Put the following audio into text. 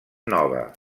nova